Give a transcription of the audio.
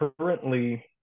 currently